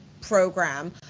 Program